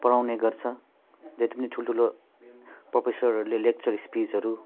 पढाउने गर्छ जति नै ठुल्ठुलो प्रोफेसरहरूले लेक्चर स्पिचहरू